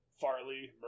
Farley